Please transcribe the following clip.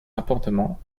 appartement